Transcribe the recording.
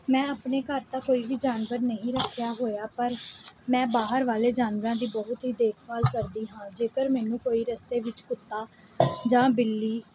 ਮੈਂ ਆਪਣੇ ਘਰ ਤਾਂ ਕੋਈ ਵੀ ਜਾਨਵਰ ਨਹੀਂ ਰੱਖਿਆ ਹੋਇਆ ਪਰ ਮੈਂ ਬਾਹਰ ਵਾਲੇ ਜਾਨਵਰਾਂ ਦੀ ਬਹੁਤ ਹੀ ਦੇਖਭਾਲ ਕਰਦੀ ਹਾਂ ਜੇਕਰ ਮੈਨੂੰ ਕੋਈ ਰਸਤੇ ਵਿੱਚ ਕੁੱਤਾ ਜਾਂ ਬਿੱਲੀ